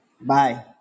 Bye